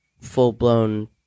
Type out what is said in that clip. full-blown